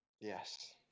Yes